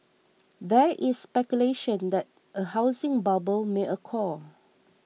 there is speculation that a housing bubble may occur